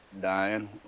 dying